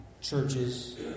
churches